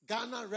Ghana